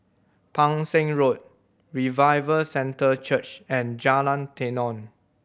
Pang Seng Road Revival Centre Church and Jalan Tenon